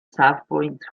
safbwynt